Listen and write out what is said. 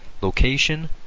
location